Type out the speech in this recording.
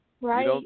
Right